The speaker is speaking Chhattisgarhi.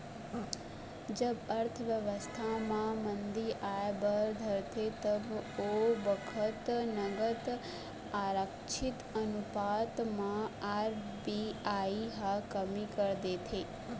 जब अर्थबेवस्था म मंदी आय बर धरथे तब ओ बखत नगद आरक्छित अनुपात म आर.बी.आई ह कमी कर देथे